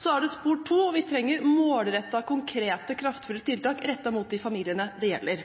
Så er det spor 2: Vi trenger målrettede, konkrete, kraftfulle tiltak rettet mot de familiene det gjelder.